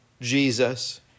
Jesus